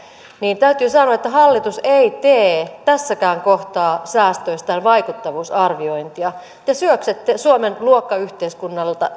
niin täytyy sanoa että hallitus ei tee tässäkään kohtaa säästöistään vaikuttavuusarviointia te syöksette suomen luokkayhteiskunnaksi